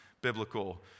biblical